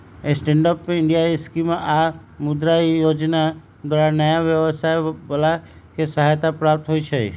stand up India scheme आऽ मुद्रा जोजना द्वारा नयाँ व्यवसाय बला के सहायता प्राप्त होइ छइ